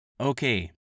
Okay